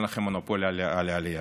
אין לכם מונופול על העלייה.